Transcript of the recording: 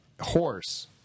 horse